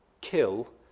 kill